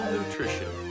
Nutrition